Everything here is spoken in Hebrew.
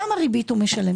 כמה ריבית משלם?